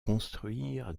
construire